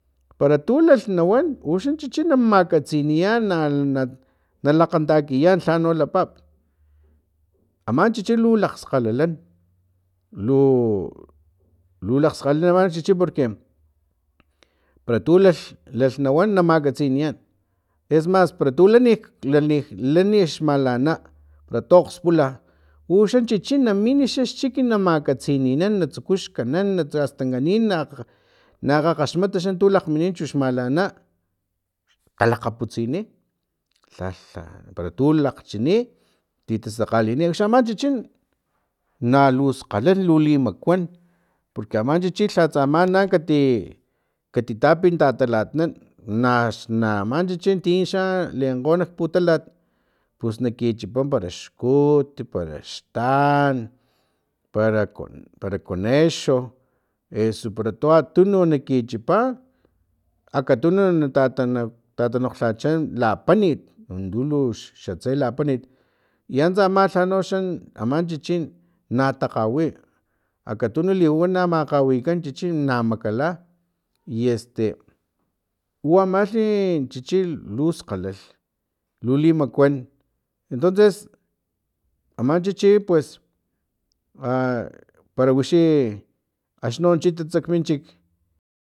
Paru tu lalh nawan uxan chichi na makatsiniyan na nalakgantakiyan lhano lapap aman chichi lu lakgskgalalan lu lu lakgskgalalh ama xhixhi porque para tu lalh lalh nawan makatsiniyan esmas para tu lani lanik xmalana para to akgspula uxan chichi naminixa xchik na makatsininan na tsuku xkanan astan kanin na na akgakgaxmat xa tu lagmini xmalana talakgaputsini lha lha para tu lakgmini titasakgalini aman chichi na luskgalalh lu limakuan porque aman chichi lha tsama kati katitapi tatalatnan na aman chichi ti xa lenkgo nak putalat pus na kichipa para xkut para xtan para conexo eso para tu atunu naki chipa akatunu nata tatanokglhacha lapanit untu xatse lapanit i antsa ama lha noxa aman chichi na takgawi akatuni liwana makgawaikan chichi na makala i este u amalhi chichi lu skgalalh lu limakuan entonces aman chichi pues a para wixi axni no chitat kminchik